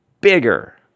bigger